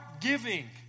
giving